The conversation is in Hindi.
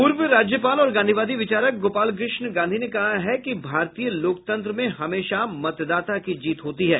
पूर्व राज्यपाल और गांधीवादी विचारक गोपाल कृष्ण गांधी ने कहा है कि भारतीय लोकतंत्र में हमेशा मतदाता की जीत होती है